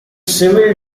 civil